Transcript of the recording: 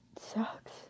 sucks